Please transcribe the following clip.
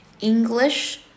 English